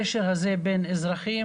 לקשר הזה בין אזרחים,